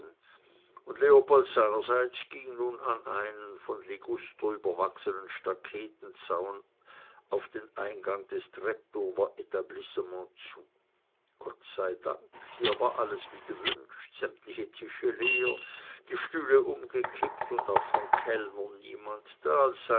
und leopold seinerseits ging nun an einem von liguster überwachsenen staketenzaun auf den eingang des treptower etablissements zu gott sei dank hier war alles wie gewünscht sämtliche tische leer die stühle umgekippt und auch von kellnern niemand